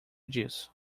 disso